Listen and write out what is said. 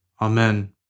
Amen